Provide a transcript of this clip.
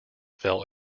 fell